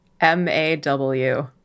M-A-W